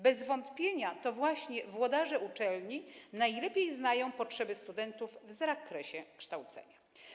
Bez wątpienia to właśnie włodarze uczelni najlepiej znają potrzeby studentów w zakresie kształcenia.